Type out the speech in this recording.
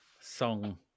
song